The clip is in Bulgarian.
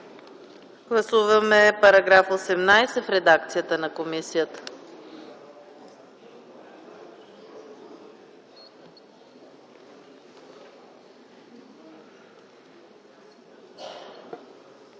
Гласуваме § 18 в редакцията на комисията.